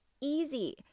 easy